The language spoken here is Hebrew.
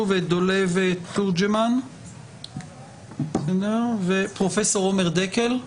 דולב תורג'מן; ופרופ' עומר דקל,